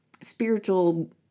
spiritual